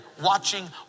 watching